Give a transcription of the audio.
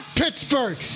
Pittsburgh